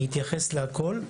אני אתייחס לכל.